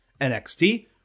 NXT